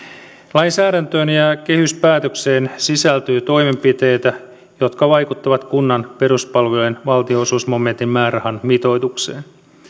lainsäädäntöön ja kehyspäätökseen sisältyy toimenpiteitä jotka vaikuttavat kunnan peruspalvelujen valtionosuusmomentin määrärahan mitoitukseen